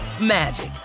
magic